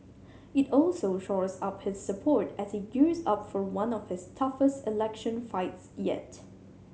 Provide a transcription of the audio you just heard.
it also shores up his support as he gears up for one of his toughest election fights yet